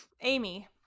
Amy